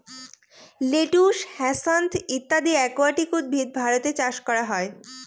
lettuce, hyacinth ইত্যাদি aquatic উদ্ভিদ ভারতে চাষ করা হয়